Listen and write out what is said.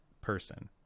person